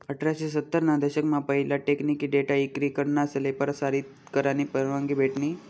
अठराशे सत्तर ना दशक मा पहिला टेकनिकी डेटा इक्री करनासले परसारीत करानी परवानगी भेटनी